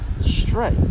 straight